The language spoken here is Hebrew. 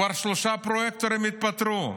כבר שלושה פרויקטורים התפטרו.